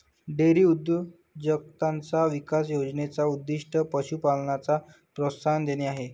dairy उद्योजकताचा विकास योजने चा उद्दीष्ट पशु पालनाला प्रोत्साहन देणे आहे